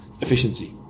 efficiency